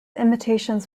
imitations